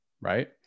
right